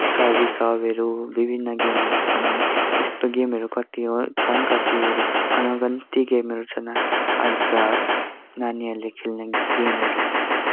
सविसबहरू विभिन्न गेमहरू छन् अनि यस्तो गेमहरू कत्ति हो छन् कत्तिहरू अनगन्ति गेमहरू छन् अहिलेका नानीहरूले खेल्ने गेमहरू